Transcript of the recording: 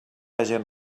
hagen